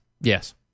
Yes